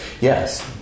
yes